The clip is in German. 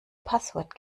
passwort